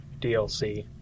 DLC